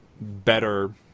better